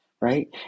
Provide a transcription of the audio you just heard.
right